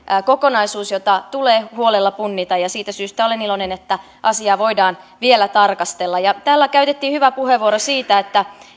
kokonaisuus jota tulee huolella punnita ja siitä syystä olen iloinen että asiaa voidaan vielä tarkastella täällä käytettiin hyvä puheenvuoro siitä